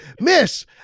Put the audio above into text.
Miss